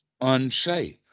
unsafe